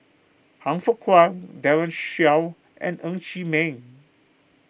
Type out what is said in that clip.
Han Fook Kwang Daren Shiau and Ng Chee Meng